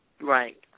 Right